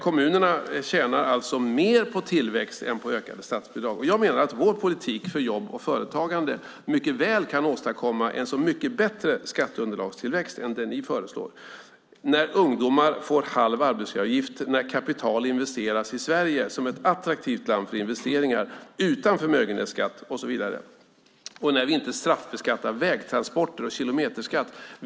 Kommunerna tjänar alltså mer på tillväxt än på ökade statsbidrag. Jag menar att vår politik för jobb och företagande kan åstadkomma en mycket bättre skatteunderlagstillväxt än den ni föreslår. Med vår politik får ungdomar halv arbetsgivaravgift. Med vår politik investeras kapital i Sverige därför att Sverige då är ett attraktivt land för investeringar, utan förmögenhetsskatt och så vidare. I vår politik straffbeskattar vi inte vägtransporter.